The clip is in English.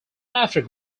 after